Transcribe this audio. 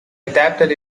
adapted